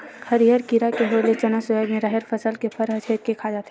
हरियर कीरा के होय ले चना, सोयाबिन, राहेर फसल के फर ल छेंद के खा जाथे